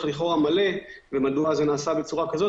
לכאורה מלא ומדוע זה נעשה בצורה שכזו.